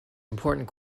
important